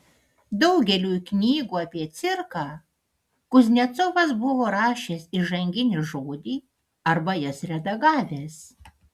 daugeliui knygų apie cirką kuznecovas buvo rašęs įžanginį žodį arba jas redagavęs